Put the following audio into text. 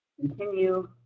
Continue